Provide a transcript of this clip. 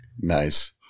Nice